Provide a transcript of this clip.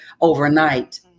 overnight